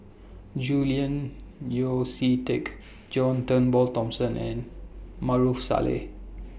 Julian Yeo See Teck John Turnbull Thomson and Maarof Salleh